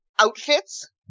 outfits